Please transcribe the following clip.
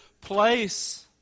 place